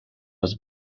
was